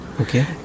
Okay